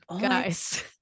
guys